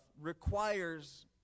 requires